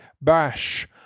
bash